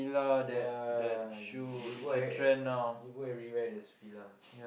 ya you go eve~ you go everywhere there's Fila